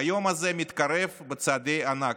והיום הזה מתקרב בצעדי ענק.